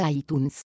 iTunes